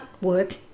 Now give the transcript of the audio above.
work